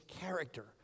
character